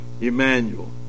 Emmanuel